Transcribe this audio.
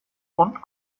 und